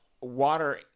Water